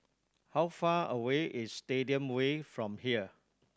how far away is Stadium Way from here